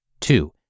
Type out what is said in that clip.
Two